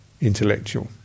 intellectual